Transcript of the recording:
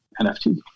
NFT